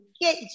Get